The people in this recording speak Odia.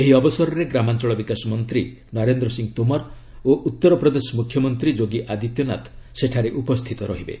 ଏହି ଅବସରରେ ଗ୍ରାମାଞ୍ଚଳ ବିକାଶ ମନ୍ତ୍ରୀ ନରେନ୍ଦ୍ର ସିଂହ ତୋମର ଓ ଉତ୍ତର ପ୍ରଦେଶ ମୁଖ୍ୟମନ୍ତ୍ରୀ ଯୋଗୀ ଆଦିତ୍ୟନାଥ ସେଠାରେ ଉପସ୍ଥିତ ରହିବେ